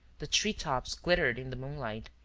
the tree tops glittered in the moonlight.